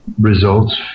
Results